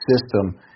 system